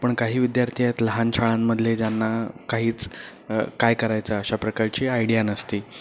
पण काही विद्यार्थी आहेत लहान शाळांमधले ज्यांना काहीच काय करायचं अशा प्रकारची आयडिया नसते